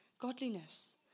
godliness